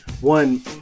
one